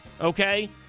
okay